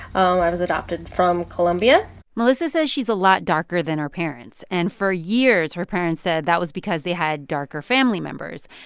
i was adopted from colombia melissa says she's a lot darker than her parents. and for years her parents said that was because they had darker family members.